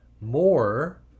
more